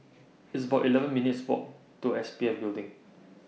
It's about eleven minutes' Walk to S P F Building